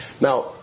Now